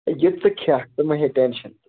ہَے یہِ ژٕ کھٮ۪کھ ژٕ مٔہ ہے ٹٮ۪نشَن